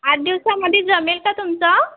आठ दिवसामध्ये जमेल का तुमचं